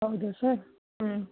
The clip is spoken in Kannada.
ಹೌದಾ ಸರ್ ಹ್ಞೂ